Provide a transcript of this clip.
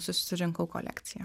susirinkau kolekciją